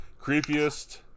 creepiest